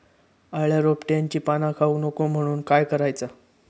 अळ्या रोपट्यांची पाना खाऊक नको म्हणून काय करायचा?